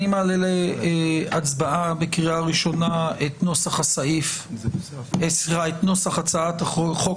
אני מעלה להצבעה בקריאה ראשונה את נוסח הצעת חוק